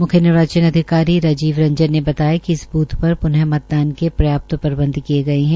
मुख्य निर्वाचन अधिकारी श्री राजीव रंजन ने बताया कि इस बूथ पर प्न मतदान के पर्याप्त् प्रबंध किये गये है